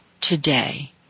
today